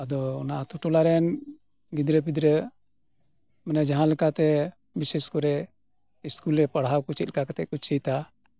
ᱟᱫᱚ ᱚᱱᱟ ᱟᱛᱳ ᱴᱚᱞᱟᱨᱮᱱ ᱜᱤᱫᱽᱨᱟᱹ ᱯᱤᱫᱽᱨᱟᱹ ᱢᱟᱱᱮ ᱡᱟᱦᱟᱸ ᱞᱮᱠᱟᱛᱮ ᱵᱤᱥᱮᱥ ᱠᱚᱨᱮ ᱤᱥᱠᱩᱞᱨᱮ ᱯᱟᱲᱦᱟᱣ ᱠᱚ ᱪᱮᱫ ᱞᱮᱠᱟ ᱠᱟᱛᱮᱜ ᱠᱚ ᱪᱮᱫᱟ